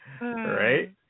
Right